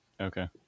Okay